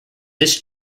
this